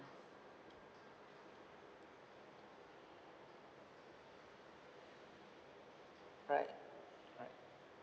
right right